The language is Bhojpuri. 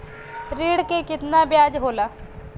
ऋण के कितना ब्याज होला?